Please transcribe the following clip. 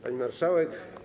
Pani Marszałek!